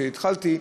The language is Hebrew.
כשהתחלתי,